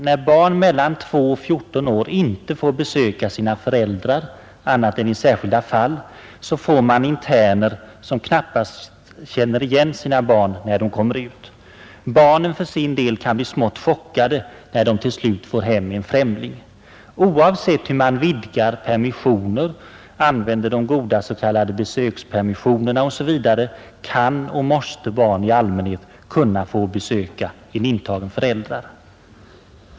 När barn mellan 2 och 14 år inte får besöka sina föräldrar annat än i särskilda fall kommer interner när de släpps ut att knappast känna igen sina barn. Barnen för sin del kan bli smått chockade när de till slut får hem en ”främling”. Oavsett hur man vidgar permissioner, använder de goda s.k. besökspermissionerna osv., kan och måste barn i allmänhet kunna få besöka en intagen förälder.